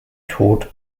tod